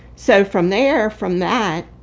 so from there, from that,